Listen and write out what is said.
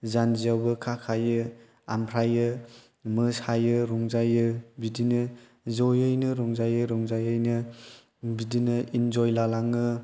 जानजिआवबो खाखायो ओमफ्राय मोसायो रंजायो बिब्दिनो ज'यैनो रंजायै रंजायैनो बिदिनो इन्जइ लालाङो